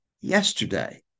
yesterday